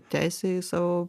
teisė į savo